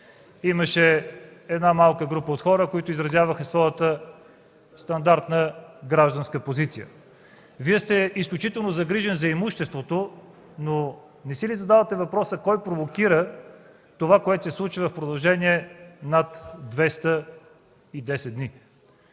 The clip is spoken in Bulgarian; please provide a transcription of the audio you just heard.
Имаше малка група от хора, които изразяваха своята стандартна гражданска позиция. Вие сте изключително загрижен за имуществото. Не си ли задавате обаче въпроса кой провокира това, което се случва в продължение на 210 дни?